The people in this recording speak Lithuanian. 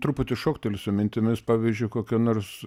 truputį šoktelsiu mintimis pavyzdžiui kokia nors